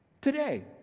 Today